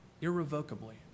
irrevocably